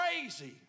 crazy